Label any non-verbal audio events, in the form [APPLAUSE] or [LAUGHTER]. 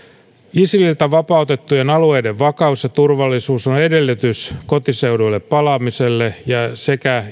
isililtä vapautettujen alueiden vakaus ja turvallisuus on edellytys kotiseuduille palaamiselle sekä [UNINTELLIGIBLE]